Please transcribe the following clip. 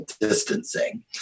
distancing